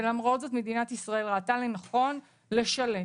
ולמרות זאת מדינת ישראל ראתה לנכון לשלם,